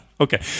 Okay